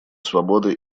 свободы